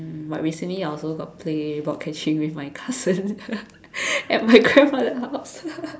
but recently I also got play block catching with my cousins at my grandmother house